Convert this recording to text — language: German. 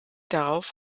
darauf